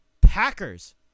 Packers